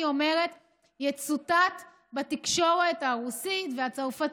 אומרת יצוטט בתקשורת ברוסית ובצרפתית,